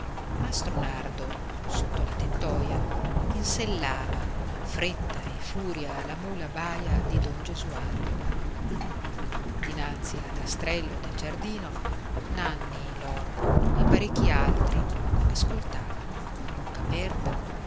nardo sotto la tettoia insellava in fretta e in furia la mula baia di don gesualdo dinanzi al rastrello del giardino nanni l'orbo e parecchi altri ascoltavano a bocca aperta